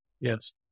Yes